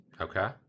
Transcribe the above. Okay